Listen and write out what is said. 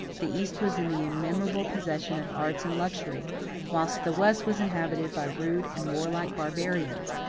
the east was in the immemorial possession of arts and luxury whilst the west was inhabited by rude and warlike barbarians,